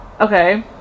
Okay